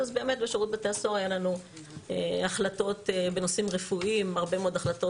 אז באמת בשירות בתי הסוהר היו לנו הרבה מאוד החלטות